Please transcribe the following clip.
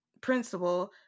principal